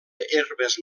herbes